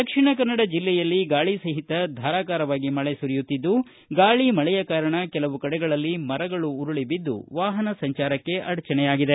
ದಕ್ಷಿಣ ಕನ್ನಡ ಜಿಲ್ಲೆಯಲ್ಲಿ ಗಾಳಿ ಸಹಿತ ಧಾರಾಕಾರವಾಗಿ ಮಳೆ ಸುರಿಯುತ್ತಿದ್ದು ಗಾಳಿ ಮಳೆಯ ಕಾರಣ ಕೆಲವು ಕಡೆಗಳಲ್ಲಿ ಮರಗಳು ಉರುಳಿ ಬಿದ್ದು ವಾಹನ ಸಂಜಾರಕ್ಕೆ ಅಡಚಣೆಯಾಗಿದೆ